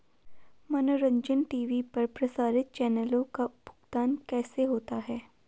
मनोरंजन टी.वी पर प्रसारित चैनलों का भुगतान कैसे होता है?